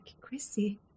Chrissy